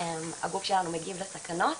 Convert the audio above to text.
הגוף שלנו מגיב לסכנות,